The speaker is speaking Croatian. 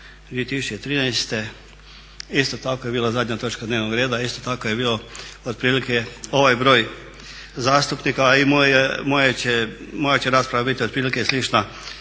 2013. isto tako je bila zadnja točka dnevnog reda, isto tako je bilo otprilike ovaj broj zastupnika, a i moja će rasprava biti otprilike slična